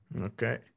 okay